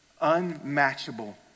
unmatchable